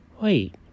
Wait